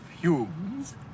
fumes